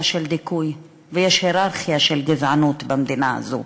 של דיכוי והייררכיה של גזענות במדינה הזאת.